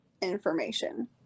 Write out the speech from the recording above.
information